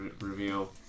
reveal